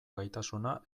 gaitasuna